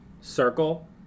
circle